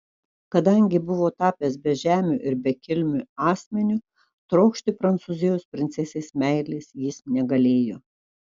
kadangi buvo tapęs bežemiu ir bekilmiu asmeniu trokšti prancūzijos princesės meilės jis negalėjo